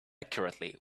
accurately